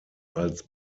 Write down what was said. als